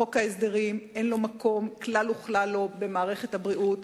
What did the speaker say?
לחוק ההסדרים אין מקום כלל וכלל במערכת הבריאות.